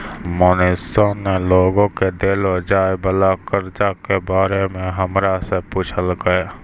मनीषा ने लोग के देलो जाय वला कर्जा के बारे मे हमरा से पुछलकै